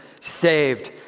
saved